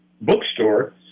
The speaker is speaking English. bookstore